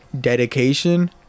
dedication